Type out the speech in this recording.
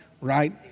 right